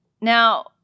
Now